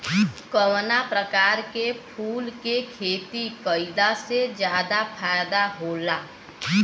कवना प्रकार के फूल के खेती कइला से ज्यादा फायदा होला?